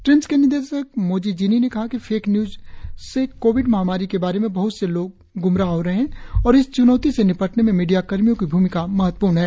TRIMS के निदेशक मोजी जिनी ने कहा कि फेक न्यूज से कोविड महामारी के बारे में बहत से लोग ग्मराह हो रहे है और इस च्नौती से निपटने में मीडिया कर्मियों की भूमिका महत्वपूर्ण है